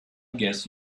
guess